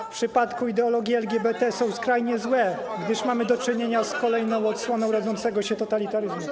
W przypadku ideologii LGBT są skrajnie złe, gdyż mamy do czynienia z kolejną odsłoną rodzącego się totalitaryzmu.